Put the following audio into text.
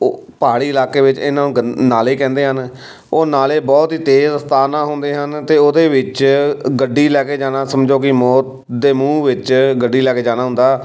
ਓ ਪਹਾੜੀ ਇਲਾਕੇ ਵਿੱਚ ਇਹਨਾਂ ਨੂੰ ਗੰ ਨਾਲੇ ਕਹਿੰਦੇ ਹਨ ਉਹ ਨਾਲੇ ਬਹੁਤ ਹੀ ਤੇਜ਼ ਰਫ਼ਤਾਰ ਨਾਲ ਹੁੰਦੇ ਹਨ ਅਤੇ ਉਹਦੇ ਵਿੱਚ ਗੱਡੀ ਲੈ ਕੇ ਜਾਣਾ ਸਮਝੋ ਵੀ ਮੌਤ ਦੇ ਮੂੰਹ ਵਿੱਚ ਗੱਡੀ ਲੈ ਕੇ ਜਾਣਾ ਹੁੰਦਾ